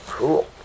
Cool